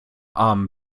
arm